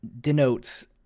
denotes